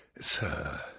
Sir